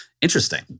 interesting